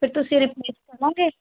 ਫਿਰ ਤੁਸੀਂ ਰਿਪਲੇਸ ਕਰੋਗੇ